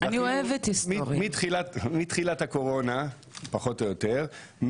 מתחילת הקורונה פחות או יותר,